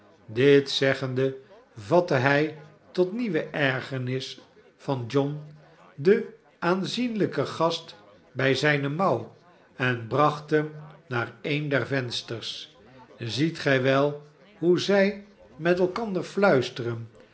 dit zeggende vatte hij tot nieuwe ergernis van john den aanzienhjken gast bij zijne mouw en bracht hem naar een der vensters ziet gij wel hoe zij met elkander fluisteren